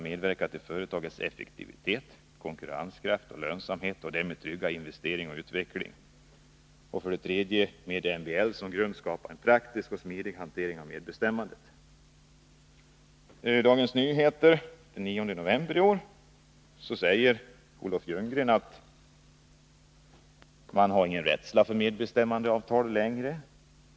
Medverka till företagens effektivitet, konkurrenskraft och lönsamhet och därmed trygga investering och utveckling. Med MBL som grund skapa en praktisk och smidig hantering av medbestämmandet. I Dagens Nyheter den 9 november i år säger Olof Ljunggren att man inte har någon rädsla för medbestämmandeavtal längre.